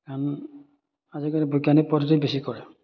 কাৰণ আজিকালি বৈজ্ঞানিক পদ্ধতি বেছি কৰে